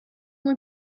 muy